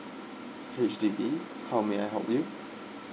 H_D_B how may I help you